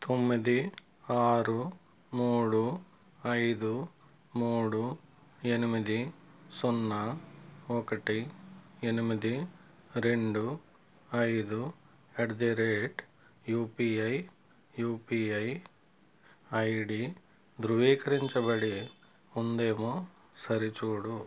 తొమ్మిది ఆరు మూడు ఐదు మూడు ఎనిమిది సున్నా ఒకటి ఎనిమిది రెండు ఐదు at the rate UPI UPI ID ధృవీకరించబడి ఉందేమో సరి చూడు